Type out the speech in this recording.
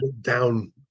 down